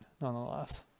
nonetheless